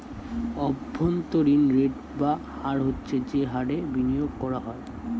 অভ্যন্তরীণ রেট বা হার হচ্ছে যে হারে বিনিয়োগ করা হয়